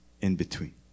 in-between